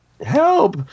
help